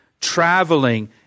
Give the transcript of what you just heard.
traveling